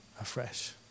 afresh